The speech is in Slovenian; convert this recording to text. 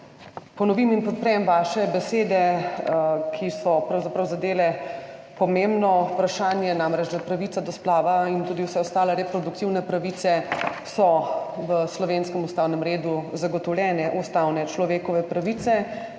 ponovim in podprem vaše besede, ki so pravzaprav zadele pomembno vprašanje, namreč pravica do splava in tudi vse ostale reproduktivne pravice so v slovenskem ustavnem redu zagotovljene ustavne človekove pravice